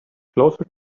closer